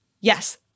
Yes